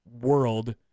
world